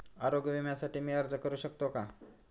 आरोग्य विम्यासाठी मी अर्ज करु शकतो का?